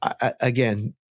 again